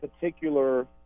particular